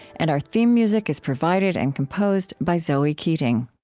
and our theme music is provided and composed by zoe keating